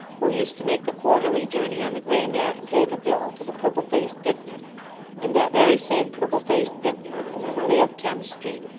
who used to make the quarterly journey on the grey mare to pay the bill to the purple-faced vintner and that very same purple-faced vintner, formerly of thames street,